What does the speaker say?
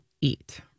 eat